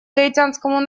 гаитянскому